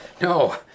no